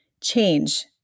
change